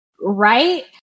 Right